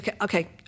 okay